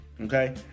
Okay